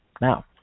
Now